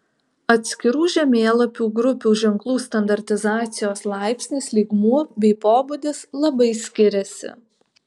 atskirų žemėlapių grupių ženklų standartizacijos laipsnis lygmuo bei pobūdis labai skiriasi